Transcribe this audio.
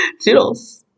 Toodles